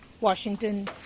Washington